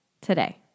Today